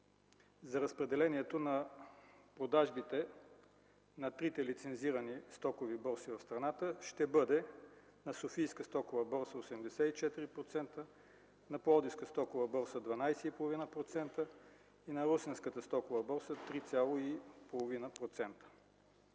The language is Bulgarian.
за разпределението на продажбите на трите лицензирани стокови борси в страната: на Софийска стокова борса – 84%, на Пловдивската стокова борса – 12,5% и на Русенската стокова борса –3,5%.